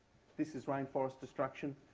this is rainforest destruction,